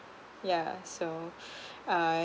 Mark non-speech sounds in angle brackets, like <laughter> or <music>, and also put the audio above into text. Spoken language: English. yeah so <breath> uh